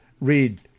read